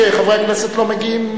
שחברי הכנסת לא מגיעים,